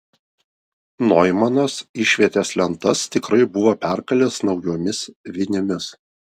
noimanas išvietės lentas tikrai buvo perkalęs naujomis vinimis